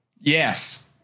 Yes